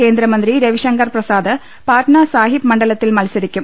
കേന്ദ്രമന്ത്രി രവിശ്ങ്കർ പ്രസാദ് പാറ്റ്ന സാഹിബ് മണ്ഡലത്തിൽ മത്സരിക്കും